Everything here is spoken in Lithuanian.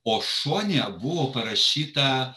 o šone buvo parašyta